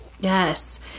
Yes